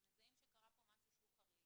אנחנו מזהים שקרה פה משהו חריג?